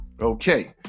Okay